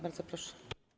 Bardzo proszę.